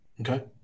Okay